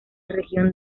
región